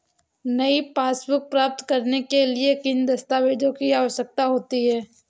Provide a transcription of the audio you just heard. नई पासबुक प्राप्त करने के लिए किन दस्तावेज़ों की आवश्यकता होती है?